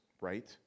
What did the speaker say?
right